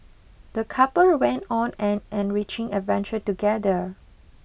the couple went on an enriching adventure together